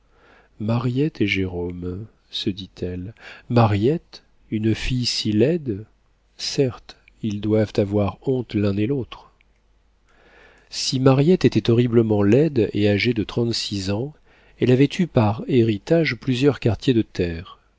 mariette et jérôme se dit-elle mariette une fille si laide certes ils doivent avoir honte l'un et l'autre si mariette était horriblement laide et âgée de trente-six ans elle avait eu par héritage plusieurs quartiers de terre